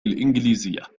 الإنجليزية